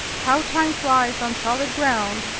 how time flies on solid ground!